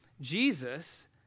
Jesus